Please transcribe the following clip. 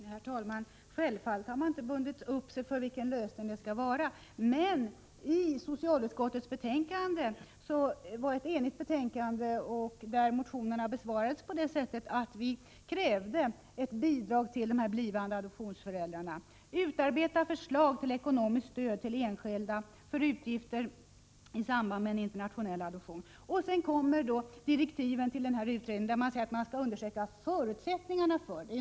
Herr talman! Självfallet har man inte bundit upp sig för någon lösning. Men socialutskottets betänkande, där motionerna behandlades, var enigt. Vi krävde ett bidrag till de blivande adoptivföräldrarna, förslag till ekonomiskt stöd till enskilda för utgifter i samband med en internationell adoption. Sedan kommer direktiven till utredningen där det sägs att man skall undersöka förutsättningarna.